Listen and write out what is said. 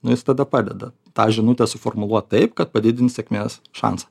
nu jis tada padeda tą žinutę suformuluot taip kad padidint sėkmės šansą